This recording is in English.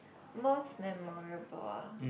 most memorable ah